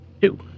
two